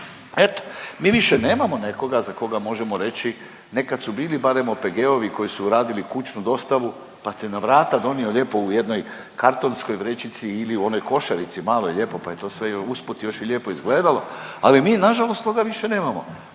Eto, mi više nemamo nekoga za koga možemo reći nekad su bili barem OPG-ovi koji su radili kućnu dostavu pa ti na vrata donio lijepo u jednoj kartonskoj vrećici ili u onoj košarici maloj lijepo pa je to sve i usput još lijepo izgledalo, ali mi nažalost toga više nemamo.